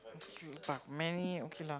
but many okay lah